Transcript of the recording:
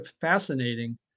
fascinating